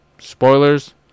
Spoilers